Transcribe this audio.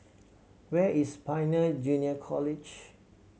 where is Pioneer Junior College